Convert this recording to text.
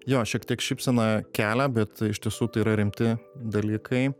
jo šiek tiek šypseną kelią bet iš tiesų tai yra rimti dalykai